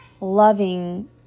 loving